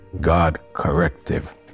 God-corrective